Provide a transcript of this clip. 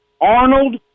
Arnold